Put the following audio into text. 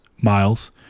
Miles